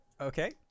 Okay